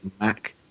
Mac